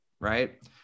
right